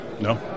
No